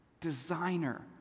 designer